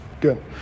Good